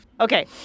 Okay